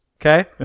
Okay